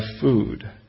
food